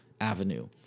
avenue